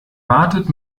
wartet